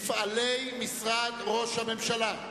מפעלי משרד ראש הממשלה,